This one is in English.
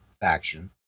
faction